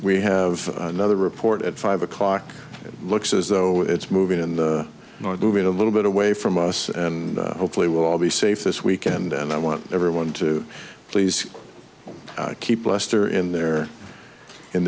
we have another report at five o'clock looks as though it's moving in the more duvet a little bit away from us and hopefully we'll all be safe this weekend and i want everyone to please keep lester in their in